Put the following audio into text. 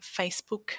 Facebook